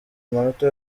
amanota